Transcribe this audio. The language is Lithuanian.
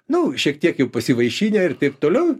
nu šiek tiek pasivaišinę ir taip toliau